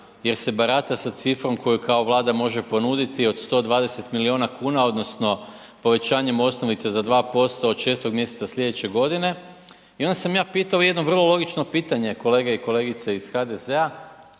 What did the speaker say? jer se barata sa cifrom koju kao Vlada može ponuditi od 120 milijuna kuna odnosno povećanjem osnovice za 2% od 6. mjeseca sljedeće godine. I onda sam ja pitao jedno vrlo logično pitanje kolegice i kolege iz HDZ-a,